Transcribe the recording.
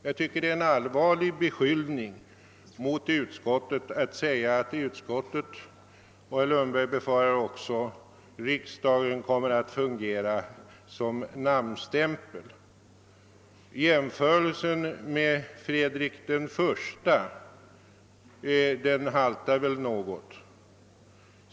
Jag tycker att det är en allvarlig beskyllning emot utskottet och även mot riksdagen i dess helhet att såsom herr Lundberg gör framföra farhågor för att de endast fungerar som namnstämpel. Jämförelsen med Fredrik I haltar väl något.